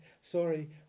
Sorry